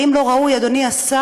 האם לא ראוי, אדוני השר,